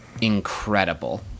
incredible